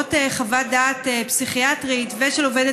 ולמרות חוות דעת פסיכיאטרית ושל עובדת